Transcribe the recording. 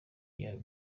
ibyo